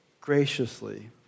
graciously